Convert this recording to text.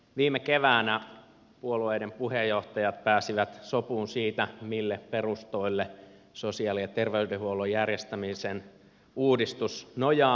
viime keväänä puolueiden puheenjohtajat pääsivät sopuun siitä mille perustoille sosiaali ja terveydenhuollon järjestämisen uudistus nojaa